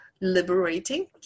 liberating